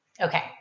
Okay